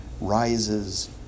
rises